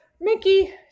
Mickey